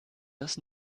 das